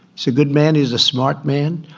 so a good man is a smart man.